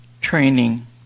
training